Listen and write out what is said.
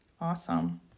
Awesome